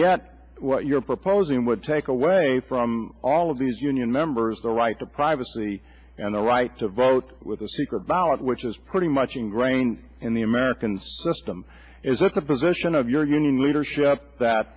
yet what you're proposing would take away from all of these union members the right to privacy and the right to vote with a secret ballot which is pretty much in grains in the americans system is that the position of your union leadership that